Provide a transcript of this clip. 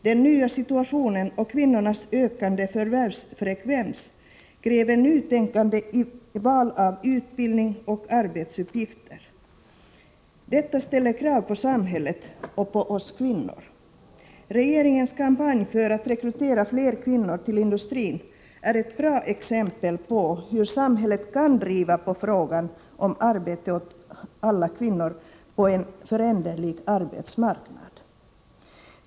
Den nya situationen och kvinnornas ökande förvärvsfrekvens kräver nytänkande vid val av utbildning och arbetsuppgifter. Detta ställer krav på samhället och på oss kvinnor. Regeringens kampanj för att rekrytera fler kvinnor till industrin är ett bra exempel på hur samhället kan driva på frågan om arbete åt alla kvinnor på en föränderlig arbetsmarknad.